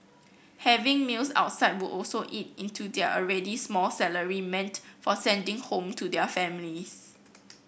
having meals outside would also eat into their already small salary meant for sending home to their families